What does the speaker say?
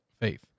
faith